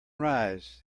rise